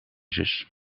zus